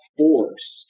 force